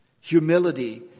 Humility